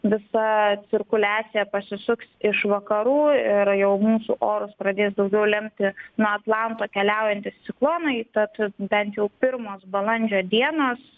visa cirkuliacija pasisuks iš vakarų ir jau mūsų orus pradės daugiau lemti nuo atlanto keliaujantys ciklonai tad bent jau pirmos balandžio dienos